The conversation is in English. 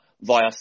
via